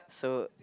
so